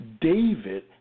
David